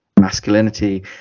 masculinity